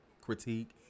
critique